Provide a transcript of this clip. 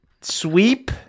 Sweep